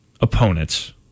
opponents